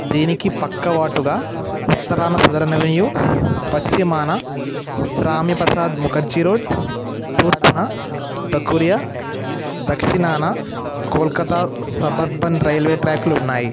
దీనికి పక్కవాటుగా ఉత్తరాన సదరన్ అవెన్యూ పశ్చిమాన శ్యామప్రసాద్ ముఖర్జీ రోడ్ తూర్పున ధకురియా దక్షిణాన కోల్కతా సబర్బన్ రైల్వే ట్రాక్లు ఉన్నాయి